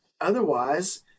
otherwise